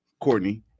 Courtney